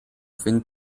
wind